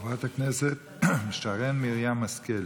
חברת הכנסת שרן מרים השכל,